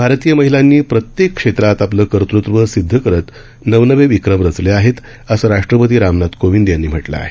भारतीय महिलांनी प्रत्येक क्षेत्रात आपलं कर्तृत्व सिद्ध करत नवनवे विक्रम रचले आहेत असं राष्ट्रपती रामनाथ कोविंद यांनी म्हटलं आहे